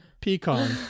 Pecan